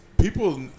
people